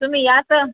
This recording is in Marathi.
तुम्ही या तर